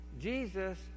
Jesus